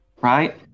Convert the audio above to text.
right